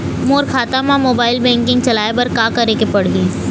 मोर खाता मा mobile banking चलाए बर का करेक पड़ही?